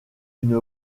une